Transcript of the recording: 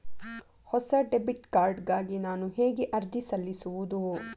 ಹೊಸ debit card ಗಾಗಿ ನಾನು ಹೇಗೆ ಅರ್ಜಿ ಸಲ್ಲಿಸುವುದು?